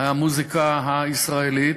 המוזיקה הישראלית,